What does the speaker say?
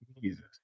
Jesus